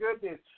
goodness